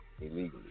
illegally